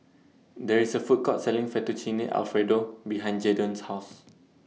There IS A Food Court Selling Fettuccine Alfredo behind Jadon's House